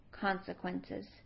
consequences